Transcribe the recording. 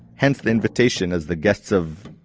hence the invitation as the guests of,